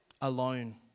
alone